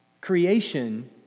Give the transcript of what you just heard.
creation